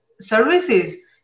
services